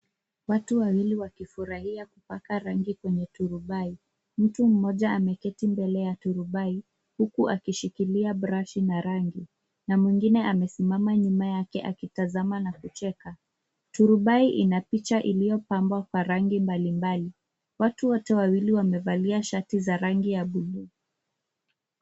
Watu wawili wakifurahia kupaka rangi kwenye turubai. Mtu mmoja ameketi mbele ya turubai huku akishikilia brashi na rangi na mwingine amesimama nyuma yake akitazama na kucheka. Turubai ina picha iliyopambwa kwa rangi mbalimbali. Watu wote wawili wamevaliaa shati za rangi la buluu.